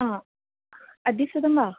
हा अद्य शतं वा